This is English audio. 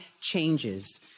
changes